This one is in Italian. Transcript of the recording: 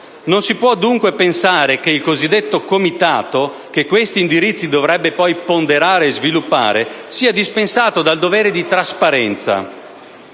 Non si può dunque pensare che il cosiddetto Comitato che questi indirizzi dovrebbe poi ponderare e sviluppare sia dispensato dal dovere di trasparenza